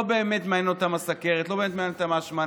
לא באמת מעניין אותם הסוכרת וההשמנה,